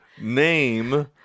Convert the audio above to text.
name